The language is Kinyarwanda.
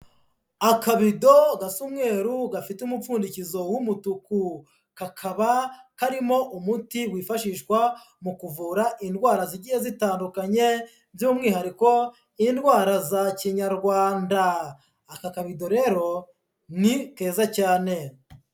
Akabido gasa umweru gafite umupfundikizo w'umutuku, kakaba karimo umuti wifashishwa mu kuvura indwara zigiye zitandukanye by'umwihariko nk'indwara za kinyarwanda, aka kabido rero ni keza cyane.